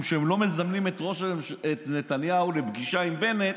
שהם לא מזמנים את נתניהו לפגישה עם בנט